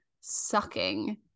sucking